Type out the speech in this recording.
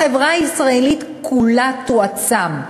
החברה הישראלית כולה תועצם,